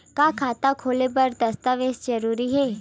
का खाता खोले बर दस्तावेज जरूरी हे?